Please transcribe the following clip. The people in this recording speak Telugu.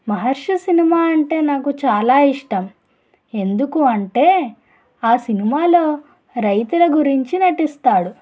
మహర్షి సినిమా అంటే నాకు చాలా ఇష్టం ఎందుకు అంటే ఆ సినిమాలో రైతుల గురించి నటిస్తాడు